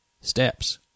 steps